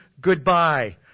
goodbye